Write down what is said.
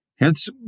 Hence